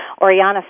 Oriana